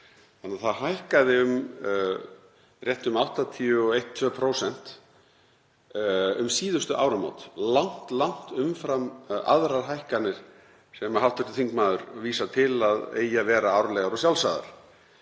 þannig að það hækkaði rétt um 81–82% um síðustu áramót, langt umfram aðrar hækkanir sem hv. þingmaður vísar til að eigi að vera árlegar og sjálfsagðar.